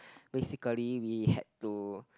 basically we had to